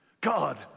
God